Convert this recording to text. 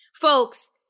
folks